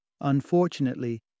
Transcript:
Unfortunately